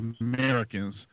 Americans